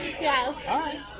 Yes